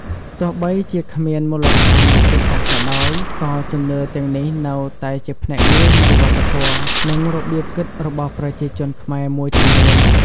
ទោះបីជាគ្មានមូលដ្ឋានវិទ្យាសាស្ត្រក៏ដោយ ក៏ជំនឿទាំងនេះនៅតែជាផ្នែកមួយនៃវប្បធម៌ និងរបៀបគិតរបស់ប្រជាជនខ្មែរមួយចំនួន។